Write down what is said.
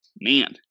Man